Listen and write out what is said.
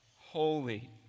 Holy